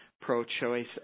pro-choice